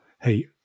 hey